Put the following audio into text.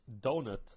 Donut